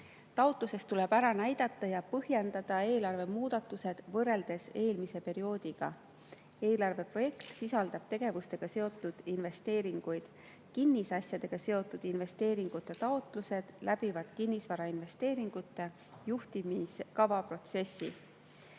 Taotluses tuleb ära näidata ja põhjendada eelarve muudatused võrreldes eelmise perioodiga. Eelarve projekt sisaldab tegevustega seotud investeeringuid. Kinnisasjadega seotud investeeringute taotlused läbivad kinnisvarainvesteeringute juhtimiskava protsessi.